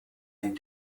and